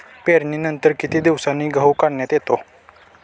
पेरणीनंतर किती दिवसांनी गहू काढण्यात येतो?